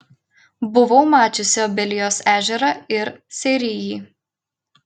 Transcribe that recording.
buvau mačiusi obelijos ežerą ir seirijį